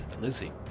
lizzie